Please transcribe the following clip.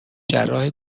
جراح